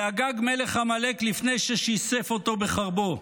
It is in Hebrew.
לאגג מלך עמלק לפני ששיסף אותו בחרבו: